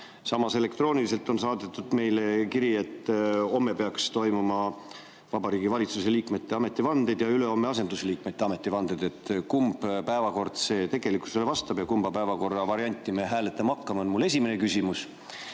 Samas, elektrooniliselt on saadetud meile kiri, et homme peaks olema Vabariigi Valitsuse liikmete ametivanded ja ülehomme asendusliikmete ametivanded. Kumb päevakord tegelikkusele vastab ja kumba päevakorravarianti me hääletama hakkame, on mu esimene küsimus.